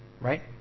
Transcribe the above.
right